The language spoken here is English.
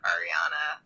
Ariana